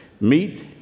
meet